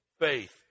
faith